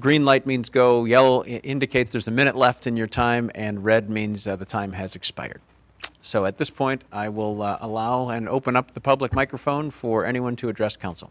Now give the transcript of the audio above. green light means go yell indicates there's a minute left in your time and read means that the time has expired so at this point i will allow and open up the public microphone for anyone to address coun